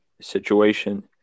situation